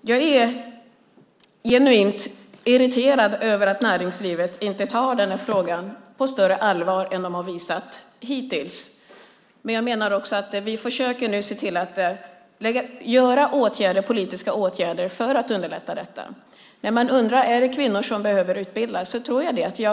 Jag är genuint irriterad över att näringslivet inte tar den här frågan på större allvar än de har visat sig göra hittills. Men vi försöker nu se till att genomföra politiska åtgärder för att underlätta detta. Man undrar om det är kvinnor som behöver utbildas. Ja, jag tror det.